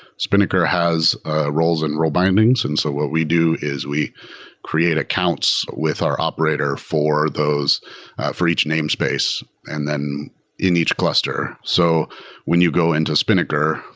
spinnaker has ah roles and role bindings. and so what we do is we create accounts with our operator for for each namespace and then in each cluster. so when you go into spinnaker,